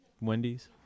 Wendy's